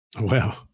Wow